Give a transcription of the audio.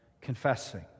confessing